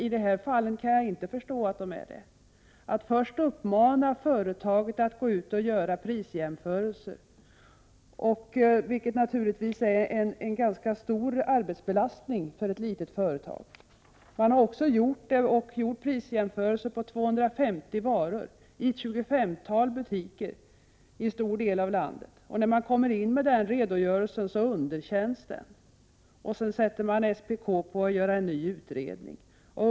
I det här fallet kan jag dock inte förstå att den skulle vara det. Företaget uppmanades först att gå ut och göra prisjämförelser. Det medför naturligtvis en ganska stor arbetsbelastning på ett litet företag. Man gjorde dock prisjämförelser på 250 varor i ett tjugofemtal butiker i stora delar av landet. När företaget kom in med redogörelsen underkändes den, och sedan sattes SPK att göra en ny utredning.